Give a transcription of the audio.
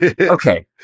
Okay